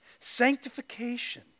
Sanctification